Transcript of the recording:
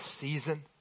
season